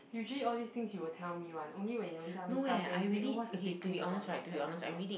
usually all these things you will tell me one only when you don't tell me stuff then you say oh what's the big thing about not telling you